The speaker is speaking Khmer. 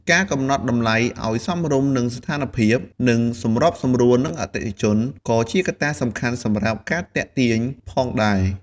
ការកំណត់តម្លៃឲ្យសមរម្យនឹងស្ថានភាព និងសម្របសម្រួលនឹងអតិថិជន ក៏ជាកត្តាសំខាន់សម្រាប់ការទាក់ទាញផងដែរ។